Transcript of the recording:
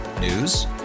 News